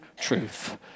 truth